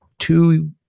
Two